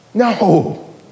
No